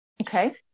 Okay